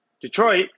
Detroit